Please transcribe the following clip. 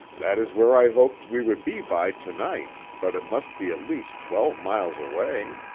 that is where i hoped we would be by to-night, but it must be at least twelve miles away.